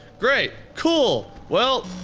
great! cool! well.